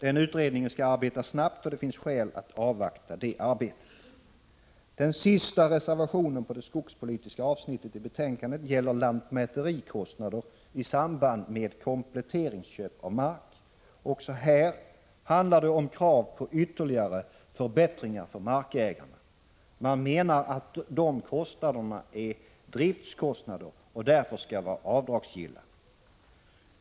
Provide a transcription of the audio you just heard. Den utredningen skall arbeta snabbt, och det finns skäl att avvakta detta arbete. Också här handlar det om krav på ytterligare förbättringar för markägarna. Man menar att dessa kostnader är driftkostnader och därför skall vara avdragsgilla.